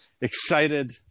excited